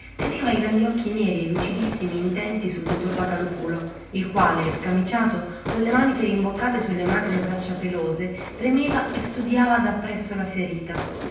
teneva i grandi occhi neri e lucidissimi intenti sul dottor vocalòpulo il quale scamiciato con le maniche rimboccate su le magre braccia pelose premeva e studiava da presso la ferita